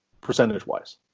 percentage-wise